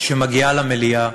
שמגיעה למליאה,